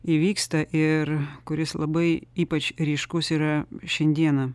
įvyksta ir kuris labai ypač ryškus yra šiandieną